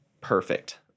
perfect